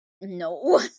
no